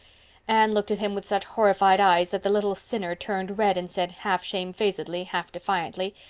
anne looked at him with such horrified eyes that the little sinner turned red and said, half shamefacedly, half defiantly,